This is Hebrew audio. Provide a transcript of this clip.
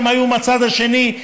שהם היו מהצד השני,